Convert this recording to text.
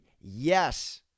Yes